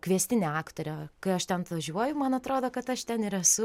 kviestinė aktorė kai aš ten atvažiuoju man atrodo kad aš ten ir esu